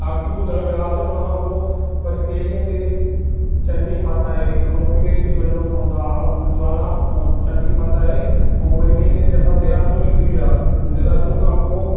आरती ॿुधणु वियासी उनखां पोइ वरी ॿिए ॾींहं ते चंडी माता आहे रोप वे ते वञणो पवंदो आहे उन ज्वाला चंडी माता आहे ऐं वरी ॿिए ॾींहं ते असां देहरादून निकिरी वियासीं देहरादून खां पोइ